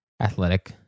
athletic